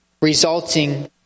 resulting